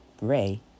Ray